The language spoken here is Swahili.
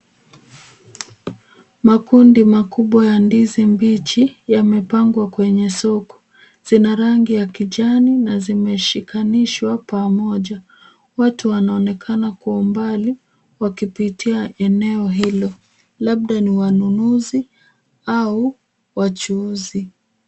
Makundi makubwa ya ndizi mbichi yamepangwa kwenye soko. Zinarangi ya kijani na zimeshikanishwa pamoja. Watu wanaonekana kwa mbali wakipitia eneo hilo, labda ni wanunuzi au wachuuzi.